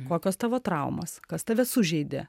kokios tavo traumos kas tave sužeidė